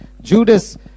Judas